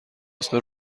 نسخه